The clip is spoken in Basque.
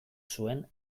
zuen